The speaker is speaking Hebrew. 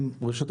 רשת